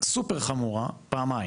סופר חמורה, פעמיים.